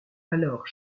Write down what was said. alors